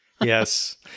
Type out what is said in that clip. yes